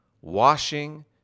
washing